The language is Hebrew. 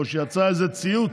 או שיצא איזה ציוץ.